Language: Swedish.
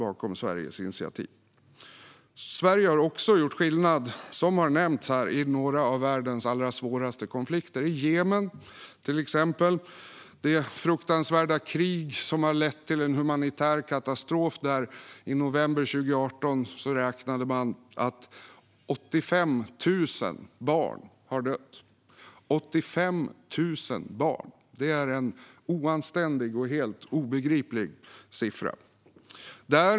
Som har nämnts här har Sverige också gjort skillnad i några av världens allra svåraste konflikter, till exempel i Jemen, där det fruktansvärda kriget har lett till en humanitär katastrof. I november 2018 räknade man med att 85 000 barn hade dött. Det är en oanständig och helt obegriplig siffra.